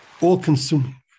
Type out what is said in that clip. all-consuming